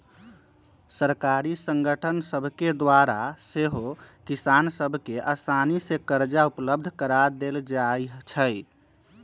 सहकारी संगठन सभके द्वारा सेहो किसान सभ के असानी से करजा उपलब्ध करा देल जाइ छइ